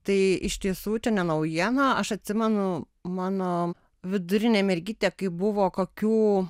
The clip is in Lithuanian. tai iš tiesų čia ne naujiena aš atsimenu mano vidurinė mergytė kai buvo kokių